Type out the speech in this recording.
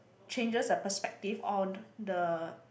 changes the perspective on the